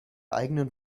eigenen